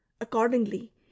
Accordingly